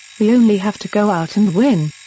we only have to go out and win.